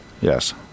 Yes